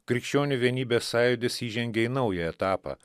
krikščionių vienybės sąjūdis įžengė į naują etapą